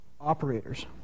operators